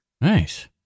Nice